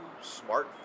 smartphone